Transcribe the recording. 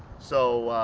so